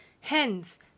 Hence